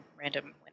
random